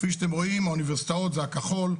כפי שאתם רואים, האוניברסיטאות זה הכחול.